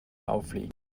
auffliegen